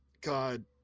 God